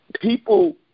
People